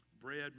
bread